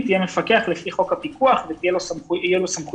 יהיה מפקח לפי חוק הפיקוח ויהיו לו סמכויות,